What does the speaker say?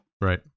Right